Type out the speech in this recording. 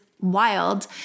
wild